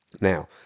now